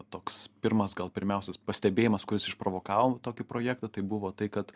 toks pirmas gal pirmiausias pastebėjimas kuris išprovokavo tokį projektą tai buvo tai kad